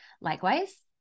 Likewise